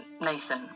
Nathan